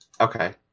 Okay